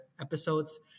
episodes